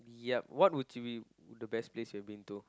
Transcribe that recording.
yep what would you be the best place you've been to